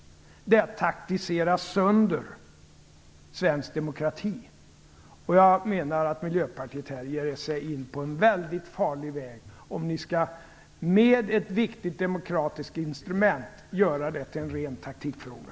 Det är att taktisera sönder svensk demokrati. Jag menar att Miljöpartiet här ger sig in på en väldigt farlig väg om man med ett viktigt demokratiskt instrument skall göra detta till en ren taktikfråga.